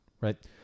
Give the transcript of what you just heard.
right